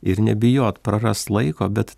ir nebijot prarast laiko bet